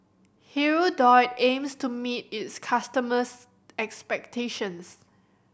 Hirudoid aims to meet its customers' expectations